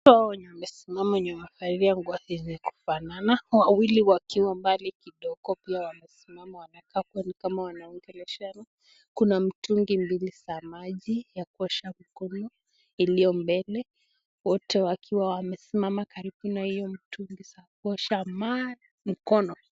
Watu hao wenye wamesimama wamevalia nguo zenye zinafanana, wawili wakiwa mbali kidogo pia wamesimama wanakaa kua nikama wanaongeleshana. Kuna mitungi mbili za maji za kuosha mkono ilio mbele , wote wakiwa wamesimama karibu na iyo mtungi ya kuosha mkono.